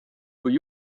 kui